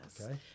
okay